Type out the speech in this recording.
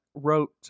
wrote